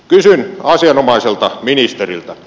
kysyn asianomaiselta ministeriltä